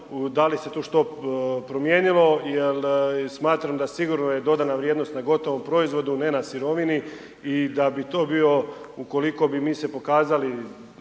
da li se tu što promijenilo, jel smatram da sigurno je dodana vrijednost na gotovom proizvodu, ne na sirovini i da bi to bio ukoliko bi mi se pokazali